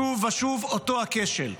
שוב ושוב אותו הכשל.